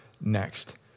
next